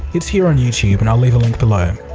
it's here on youtube and i'll leave a link below.